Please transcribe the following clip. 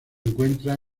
encuentra